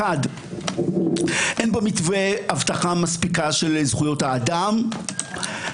אחת, אין במתווה הבטחה מספיקה של זכויות האדם.